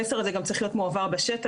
המסר הזה גם צרך להיות מועבר בשטח,